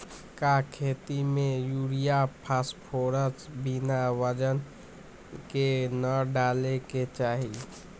का खेती में यूरिया फास्फोरस बिना वजन के न डाले के चाहि?